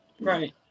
Right